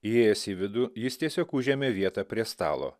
įėjęs į vidų jis tiesiog užėmė vietą prie stalo